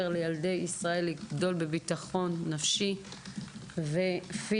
לילדי ישראל לגדל בביטחון נפשי ופיזי.